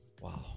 Wow